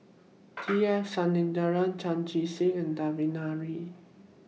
T S Sinnathuray Chan Chee Seng and Devan Nair